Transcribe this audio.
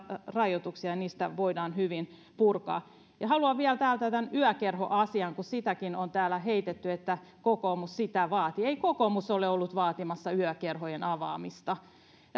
rajoituksia ja niitä voidaan hyvin purkaa ja haluan vielä ottaa esille tämän yökerhoasian sitäkin on täällä heitetty että kokoomus sitä vaatii ei kokoomus ole ollut vaatimassa yökerhojen avaamista